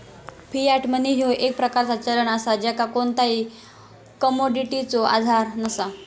Fiat money ह्यो एक प्रकारचा चलन असा ज्याका कोणताही कमोडिटीचो आधार नसा